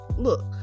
look